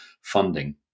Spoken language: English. funding